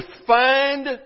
defined